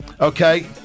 Okay